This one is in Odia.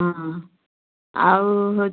ହଁ ଆଉ ହେଉଛି